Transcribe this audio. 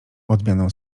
odmianą